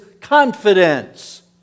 confidence